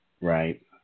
Right